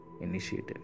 initiative